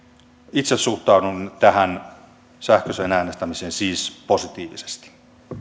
itse siis suhtaudun tähän sähköiseen äänestämiseen positiivisesti sitten